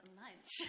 lunch